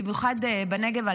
במיוחד בנגב,